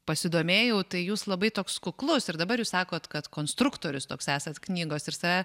pasidomėjau tai jūs labai toks kuklus ir dabar jūs sakot kad konstruktorius toks esat knygos ir save